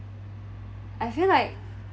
I feel like